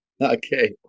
Okay